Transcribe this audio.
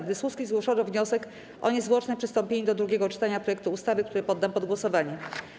W dyskusji zgłoszono wniosek o niezwłoczne przystąpienie do drugiego czytania projektu ustawy, który poddam pod głosowanie.